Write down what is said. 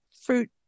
fruit